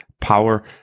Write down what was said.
power